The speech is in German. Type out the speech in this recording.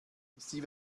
sie